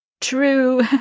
true